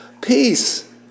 Peace